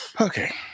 Okay